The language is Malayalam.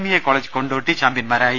E college Kondotty ചാംപ്യൻമാരായി